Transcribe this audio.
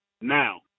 now